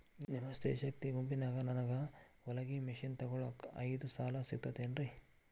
ನಿಮ್ಮ ಸ್ತ್ರೇ ಶಕ್ತಿ ಗುಂಪಿನಿಂದ ನನಗ ಹೊಲಗಿ ಮಷೇನ್ ತೊಗೋಳಾಕ್ ಐದು ಸಾಲ ಸಿಗತೈತೇನ್ರಿ?